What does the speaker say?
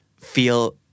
feel